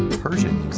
persian